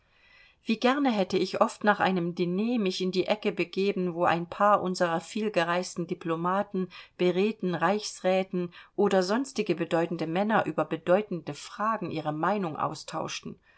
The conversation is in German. wie gerne hätte ich oft nach einem diner mich in die ecke begeben wo ein paar unserer vielgereisten diplomaten beredten reichsräten oder sonstige bedeutende männer über bedeutende fragen ihre meinung austauschten